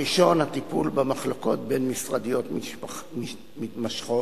הראשון, הטיפול במחלוקות בין-משרדיות מתמשכות,